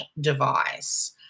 device